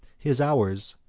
his hours,